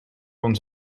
kon